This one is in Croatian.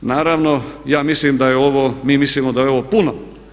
Naravno ja mislim da je ovo, mi mislimo da je ovo puno.